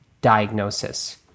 diagnosis